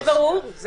זה ברור.